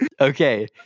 okay